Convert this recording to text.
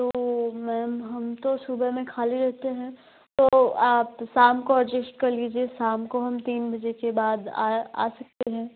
तो मैम हम तो सुबह में ख़ाली रहते हैं तो आप शाम को अजेस्ट कर लीजिए शाम को हम तीन बजे के बाद आ आ सकते हैं